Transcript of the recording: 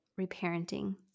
reparenting